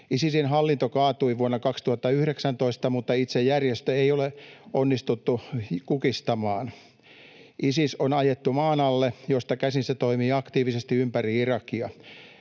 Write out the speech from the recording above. Isisin hallinto kaatui vuonna 2019, mutta itse järjestöä ei ole onnistuttu kukistamaan. Isis on ajettu maan alle, josta käsin se toimii aktiivisesti ympäri Irakia.